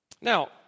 Now